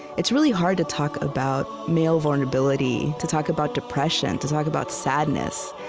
it's really hard to talk about male vulnerability, to talk about depression, to talk about sadness,